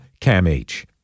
CAMH